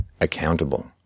accountable